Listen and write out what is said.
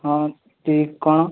ହଁ ଟି କ'ଣ